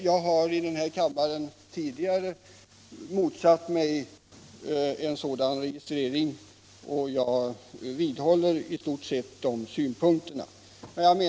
Jag har här i kammaren tidigare motsatt mig en sådan registrering. Jag vidhåller t. v. de synpunkterna.